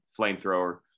flamethrower